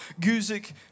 Guzik